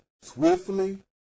swiftly